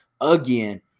again